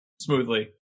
smoothly